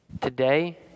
Today